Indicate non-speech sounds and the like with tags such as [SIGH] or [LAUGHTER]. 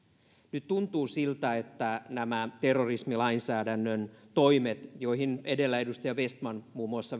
nyt tuntuu siltä että nämä terrorismilainsäädännön toimet joihin edellä muun muassa [UNINTELLIGIBLE]